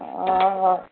हॅं हॅं